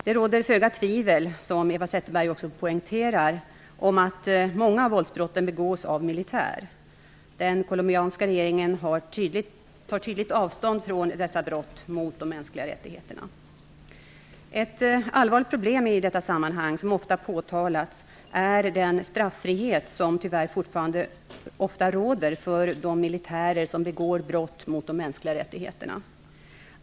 Det råder föga tvivel, som Eva Zetterberg också poängterar, om att många av våldsbrotten begås av militär. Den colombianska regeringen tar tydligt avstånd från dessa brott mot de mänskliga rättigheterna. Ett allvarligt problem i detta sammanhang, som ofta påtalats, är den straffrihet som tyvärr fortfarande ofta råder för de militärer som begår brott mot de mänskliga rättigheterna.